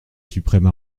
suprêmes